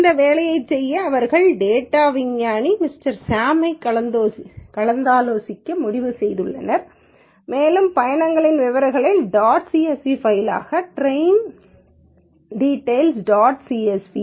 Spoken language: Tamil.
இந்த வேலையைச் செய்ய அவர்கள் டேட்டா விஞ்ஞானி மிஸ்டர் சாமை கலந்தாலோசிக்க முடிவு செய்துள்ளனர் மேலும் பயணங்களின் விவரங்கள் டாட் சிஎஸ்வி பைலாக ட்ரெயின் டீடெய்ல்ஸ் டாட் சிஎஸ்விtraindetails